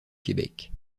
québec